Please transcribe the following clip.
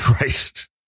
Right